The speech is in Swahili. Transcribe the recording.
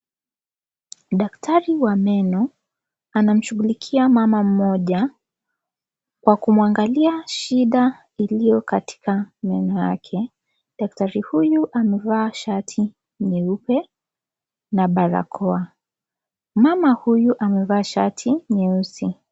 Daktari wa meno, anamshughulikia mama mmoja kwa kumwangalia shida iliyo katika meno yake. Daktari huyu, amevaa shati nyeupe na barakoa. Mama huyu, amevaa shati nyeusi.